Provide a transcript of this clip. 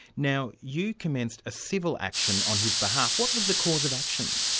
now you commenced a civil action on his behalf. what was the cause of action?